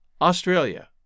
Australia